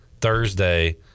thursday